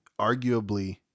arguably